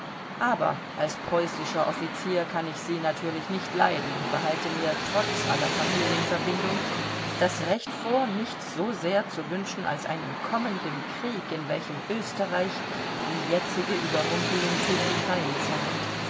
aber als preußischer offizier kann ich sie natürlich nicht leiden und ich behalte mir trotz aller familienverbindung das recht vor nichts so sehr zu wünschen als einen kommenden krieg in welchem österreich die jetzige überrumpelung tüchtig